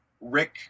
Rick